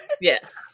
yes